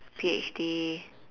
P_H_D